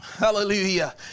hallelujah